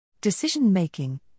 Decision-Making